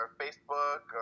facebook